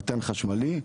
מטען חשמלי,